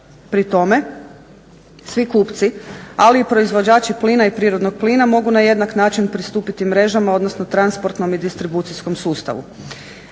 Pri tome, svi kupci ali i proizvođači plina i prirodnog plina mogu na jednak način pristupiti mrežama odnosno transportnom i distribucijskom sustavu.